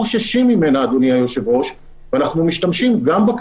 אנחנו לא חוששים ממנה,